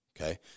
okay